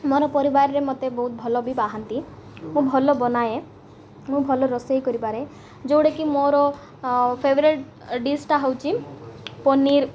ମୋର ପରିବାରରେ ମୋତେ ବହୁତ ଭଲ ବି ପାଆନ୍ତି ମୁଁ ଭଲ ବନାଏ ମୁଁ ଭଲ ରୋଷେଇ କରିପାରେ ଯେଉଁଟାକି ମୋର ଫେଭରେଟ୍ ଡ଼ିସ୍ଟା ହେଉଛି ପନିର୍